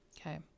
Okay